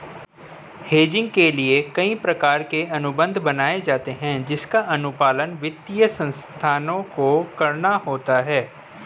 hedging के लिए कई प्रकार के अनुबंध बनाए जाते हैं जिसका अनुपालन वित्तीय संस्थाओं को करना होता है